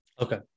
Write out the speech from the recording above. Okay